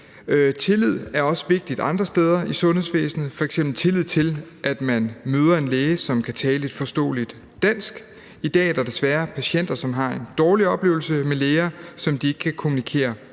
Tillid er også vigtigt andre steder i sundhedsvæsenet, f.eks. tillid til, at man møder en læge, som kan tale et forståeligt dansk. I dag er der desværre patienter, som har en dårlig oplevelse med læger, som de ikke kan kommunikere